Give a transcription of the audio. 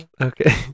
Okay